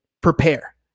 prepare